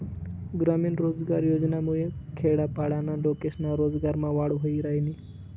ग्रामीण रोजगार योजनामुये खेडापाडाना लोकेस्ना रोजगारमा वाढ व्हयी रायनी